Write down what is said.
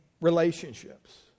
relationships